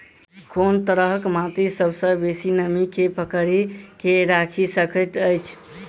कोन तरहक माटि सबसँ बेसी नमी केँ पकड़ि केँ राखि सकैत अछि?